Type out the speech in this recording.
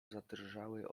zadrżały